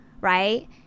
right